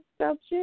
subject